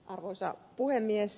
arvoisa puhemies